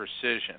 precision